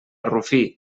rufí